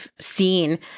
seen